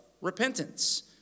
repentance